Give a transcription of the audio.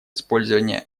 использования